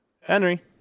Henry